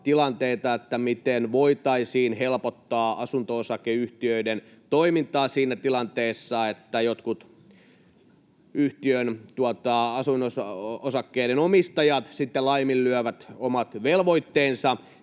miten voitaisiin helpottaa asunto-osakeyhtiöiden toimintaa siinä tilanteessa, jos jotkut yhtiön asuinosakkeiden omistajat laiminlyövät omat velvoitteensa.